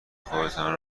خودتان